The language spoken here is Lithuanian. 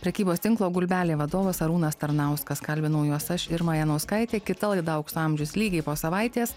prekybos tinklo gulbelė vadovas arūnas tarnauskas kalbinau juos aš irma janauskaitė kita laida aukso amžius lygiai po savaitės